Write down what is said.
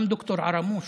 גם ד"ר ערמוש,